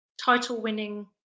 title-winning